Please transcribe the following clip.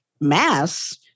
mass